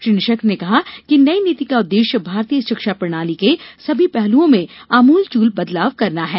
श्री निशंक ने कहा कि नई नीति का उद्देश्य भारतीय शिक्षा प्रणाली के सभी पहलुओं में आमूल चूल बदलाव करना है